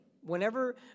Whenever